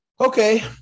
Okay